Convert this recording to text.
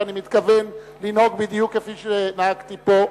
שבו אני מתכוון לנהוג בדיוק כפי שנהגתי פה,